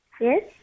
Yes